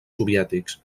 soviètics